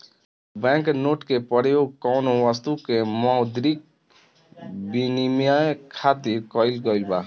bank note के परयोग कौनो बस्तु के मौद्रिक बिनिमय खातिर कईल गइल बा